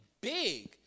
big